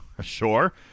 Sure